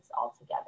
altogether